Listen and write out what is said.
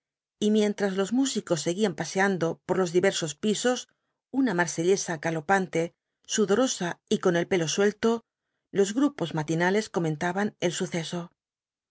y mientras los músicos seguían paseando por los diversos pisos una marsellesa galopante sudorosa y con el pelo suelto los grupos matinales comentaban el suceso